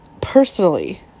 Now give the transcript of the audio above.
personally